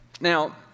Now